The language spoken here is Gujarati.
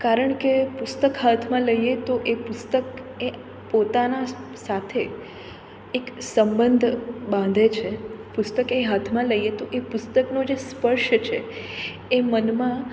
કારણ કે પુસ્તક હાથમાં લઈએ તો એ પુસ્તક એ પોતાના સાથે એક સંબંધ બાંધે છે પુસ્તક એ હાથમાં લઈએ તો એ પુસ્તકનો જે સ્પર્શ છે એ મનમાં